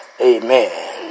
amen